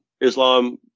Islam